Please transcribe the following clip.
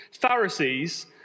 Pharisees